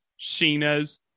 Sheena's